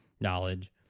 knowledge